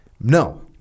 No